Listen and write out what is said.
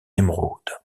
émeraude